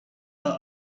are